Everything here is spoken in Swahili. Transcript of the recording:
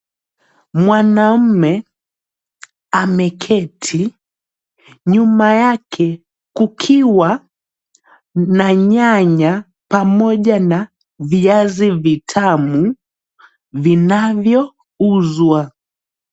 Mwanamume ameketi nyuma yake kukiwa na nyanya pamoja na viazi vitamu vinavyouzwa.